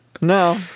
No